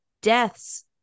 deaths